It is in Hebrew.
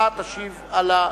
אתה תשיב על,